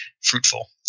fruitful